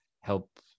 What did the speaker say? help